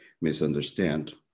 misunderstand